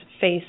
face